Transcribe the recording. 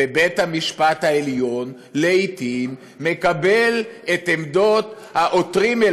ובית-המשפט העליון לעתים מקבל את עמדות העותרים,